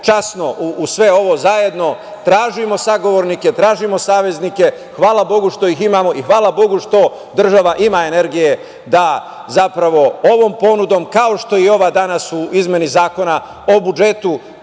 časno u sve ovo zajedno. Tražimo sagovornike, tražimo saveznike, hvala bogu što ih imamo i hvala bogu što država ima energije da ovom ponudom, kao što je i ova danas o izmeni Zakona o budžetu,